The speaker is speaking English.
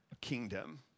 kingdom